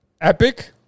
Epic